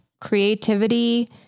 creativity